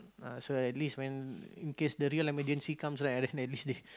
uh so at least when in case the real emergency comes right then at least they